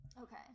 Okay